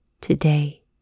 today